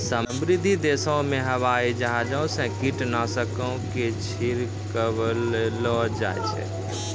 समृद्ध देशो मे हवाई जहाजो से कीटनाशको के छिड़कबैलो जाय छै